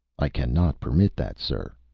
i cannot permit that, sir!